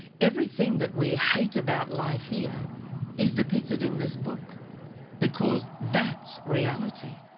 everything that we hate about life here is depicted in this book because that's reality.